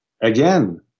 again